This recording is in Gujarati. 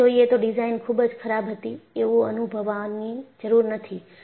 છેલ્લે જોઈએ તોડિઝાઇન ખૂબ જ ખરાબ હતી એવું અનુભવવાની જરૂર નથી